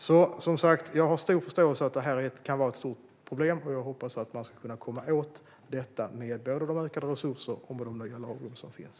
Jag har som sagt stor förståelse för att det här kan vara ett stort problem, och jag hoppas att man ska kunna komma åt detta med de ökade resurserna och de nya lagrum som finns.